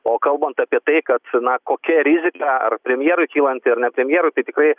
o kalbant apie tai kad na kokia rizika ar premjerui kylanti ar ne premjerui tai tikrai